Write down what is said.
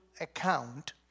account